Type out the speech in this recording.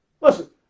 Listen